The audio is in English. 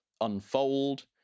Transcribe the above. Unfold